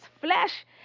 flesh